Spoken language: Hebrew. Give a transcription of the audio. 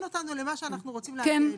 אותנו למה שאנחנו רוצים להגיע אליו.